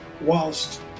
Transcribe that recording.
whilst